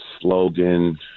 slogan